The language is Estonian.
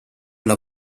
olla